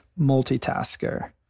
multitasker